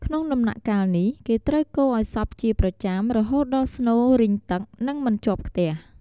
ក្នុងដំណាក់កាលនេះ គេត្រូវកូរឲ្យសព្វជាប្រចាំ រហូតដល់ស្នូលរីងទឹក និងមិនជាប់ខ្ទះ។